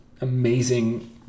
amazing